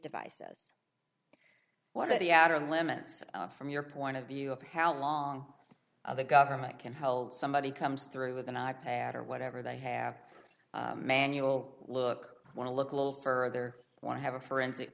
devices what are the outer limits from your point of view of how long the government can hold somebody comes through with an i pad or whatever they have manual look i want to look a little further want to have a forensic